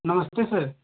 नमस्ते सर